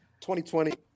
2020